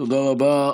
תודה רבה.